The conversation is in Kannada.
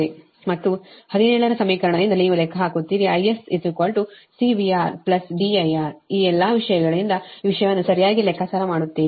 ಮತ್ತು 17 ರ ಸಮೀಕರಣದಿಂದ ನೀವು ಲೆಕ್ಕ ಹಾಕುತ್ತೀರಿ IS C VRDIR ಈ ಎಲ್ಲಾ ವಿಷಯಗಳಿಂದ ಈ ವಿಷಯವನ್ನು ಸರಿಯಾಗಿ ಲೆಕ್ಕಾಚಾರ ಮಾಡುತ್ತೀರಿ